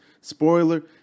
Spoiler